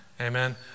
Amen